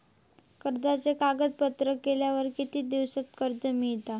कर्जाचे कागदपत्र केल्यावर किती दिवसात कर्ज मिळता?